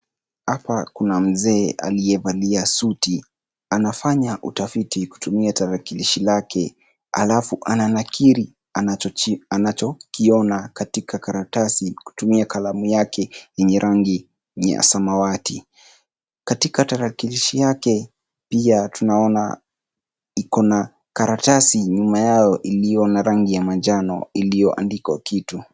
Hapa kuna mzee aliyevalia suti. Anafanya utafiti kutumia tarakilishi lake, alafu ananakiri anachokiona katika karatasi kutumia kalamu yake yenye rangi ya samawati. Katika tarakilishi yake pia tunaona iko na karatasi nyuma yake iliyo na rangi ya manjano, iliyoandikwa kitu.